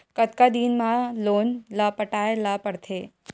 कतका दिन मा लोन ला पटाय ला पढ़ते?